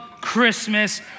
Christmas